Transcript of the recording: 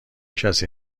کسی